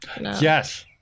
Yes